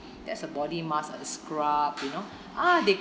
there's a body mask uh scrub you know ah they